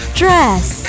dress